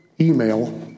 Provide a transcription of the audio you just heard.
email